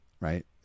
right